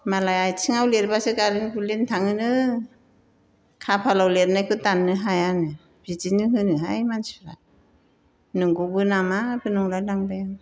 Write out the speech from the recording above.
मालाय आथिङाव लिरब्लासो गालिन गुलिन थाङोनो खाफालाव लिरनायखौ दाननो हायानो बिदिनो होनोहाय मानसिफ्रा नोंगौबो नामाबो नंलायलांबाय आं